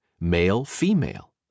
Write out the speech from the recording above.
male-female